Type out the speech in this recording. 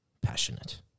passionate